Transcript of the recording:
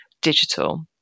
digital